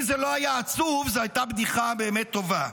אם זה לא היה עצוב זו הייתה בדיחה באמת טובה.